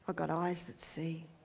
ah got eyes that see,